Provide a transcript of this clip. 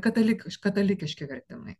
katalikiška dalykiški vertimai